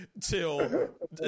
till